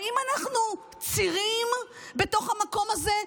האם אנחנו צירים בתוך המקום הזה,